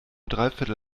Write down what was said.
dreiviertel